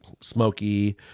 smoky